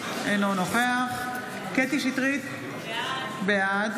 אינו נוכח קטי קטרין שטרית, בעד